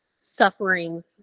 suffering